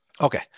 Okay